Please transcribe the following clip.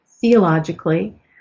theologically